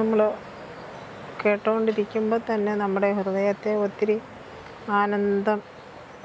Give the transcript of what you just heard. നമ്മൾ കെട്ടുകൊണ്ടിരിക്കുമ്പോൾ തന്നെ നമ്മുടെ ഹൃദയത്തെ ഒത്തിരി ആനന്ദം